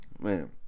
Man